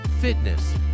fitness